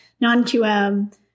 non-QM